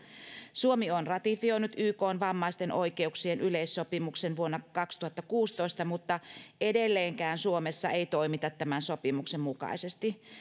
suomi on ratifioinut ykn vammaisten oikeuksien yleissopimuksen vuonna kaksituhattakuusitoista mutta edelleenkään suomessa ei toimita tämän sopimuksen mukaisesti